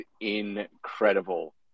incredible